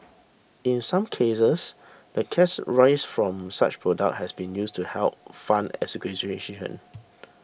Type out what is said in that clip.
in some cases the cash raised from such products has been used to help fund